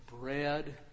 bread